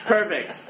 Perfect